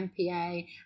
MPA